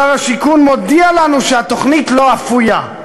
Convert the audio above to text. שר השיכון מודיע לנו שהתוכנית לא אפויה.